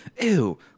ew